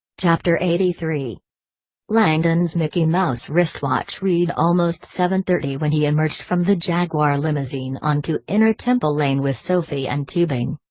chapter eighty three langdon's mickey mouse wristwatch read almost seven-thirty when he emerged from the jaguar limousine onto inner temple lane with sophie and teabing.